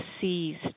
seized